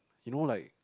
you know like